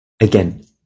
Again